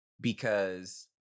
Because-